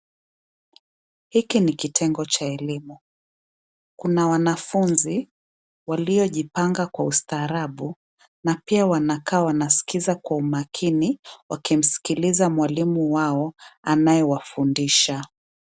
Hiki ni kitengo cha elimu, kuna wanafunzi waliojipanga kwa ustaarabu na pia wanakaa wanaskiza kwa umakini, wakimsikiliza mwalimu wao anayewafundisha.